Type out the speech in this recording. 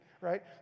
right